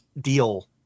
deal